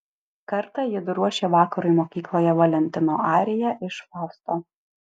kartą jiedu ruošė vakarui mokykloje valentino ariją iš fausto